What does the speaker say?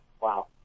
wow